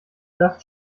das